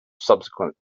subsequent